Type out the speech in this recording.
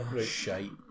Shite